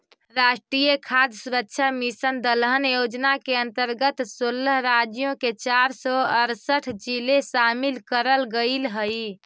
राष्ट्रीय खाद्य सुरक्षा मिशन दलहन योजना के अंतर्गत सोलह राज्यों के चार सौ अरसठ जिले शामिल करल गईल हई